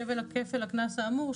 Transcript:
כבל הקנס האמור,